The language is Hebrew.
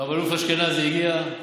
רב-אלוף אשכנזי הגיע,